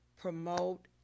promote